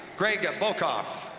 greg boekhoff,